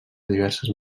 diverses